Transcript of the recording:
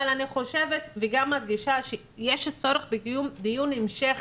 אבל אני חושבת וגם מרגישה שיש עוד צורך בקיום דיון המשך